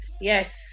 Yes